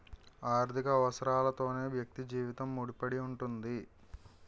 ఆర్థిక అవసరాలతోనే వ్యక్తి జీవితం ముడిపడి ఉంటుంది